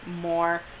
more